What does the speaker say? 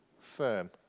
firm